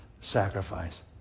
sacrifice